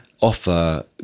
offer